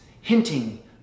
hinting